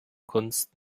kunst